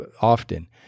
often